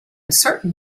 certain